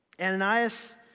Ananias